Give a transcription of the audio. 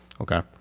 Okay